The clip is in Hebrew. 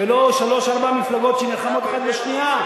ולא שלוש-ארבע מפלגות שנלחמות אחת בשנייה.